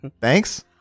thanks